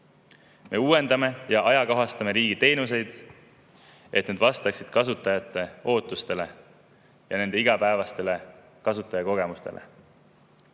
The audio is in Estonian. Me uuendame ja ajakohastamine riigi teenuseid, et need vastaksid kasutajate ootustele ja nende igapäevastele kasutajakogemustele.